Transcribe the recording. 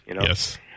Yes